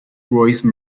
royce